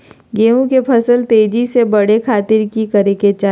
गेहूं के फसल तेजी से बढ़े खातिर की करके चाहि?